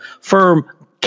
firm